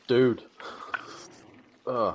Dude